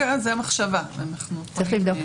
זה גם משהו שאנחנו צריכים לחשוב עליו.